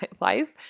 life